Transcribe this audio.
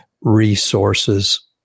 resources